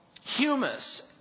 humus